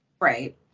Right